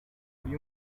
uyu